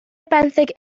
benthyg